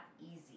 easy